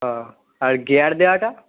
ও আর গিয়ার দেওয়াটা